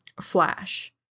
flash